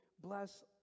bless